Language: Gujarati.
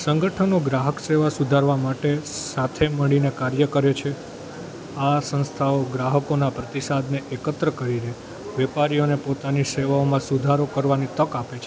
સંગઠનો ગ્રાહક સેવા સુધારવા માટે સાથે મળીને કાર્ય કરે છે આ સંસ્થાઓ ગ્રાહકોના પ્રતિસાદને એકત્ર કરીને વેપારીઓને પોતાની સેવાઓમાં સુધારો કરવાની તક આપે છે